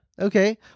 okay